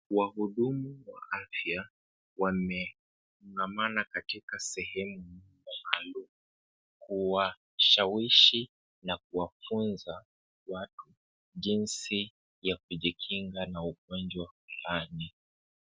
Wahudumu wa afya wamepambana katika sehemu maalum kuwashawishi na kuwafunza watu jinsi ya kujikinga na ugonjwa wa ukambi.